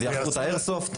אז יאכפו את האיירסופט?